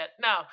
No